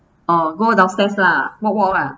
oh go downstairs lah walk walk lah